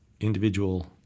individual